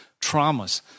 traumas